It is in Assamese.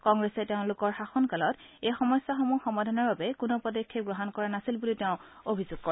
কংগ্ৰেছে তেওঁলোকৰ শাসনকালত এই সমস্যাসমূহ সমাধানৰ বাবে কোনো পদক্ষেপ গ্ৰহণ কৰা নাছিল বুলি তেঁও অভিযোগ কৰে